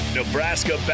Nebraska